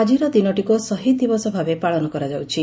ଆଜିର ଦିନଟିକୁ ଶହିଦ ଦିବସ ଭାବେ ପାଳନ କରାଯାଉଛି